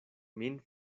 min